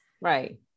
right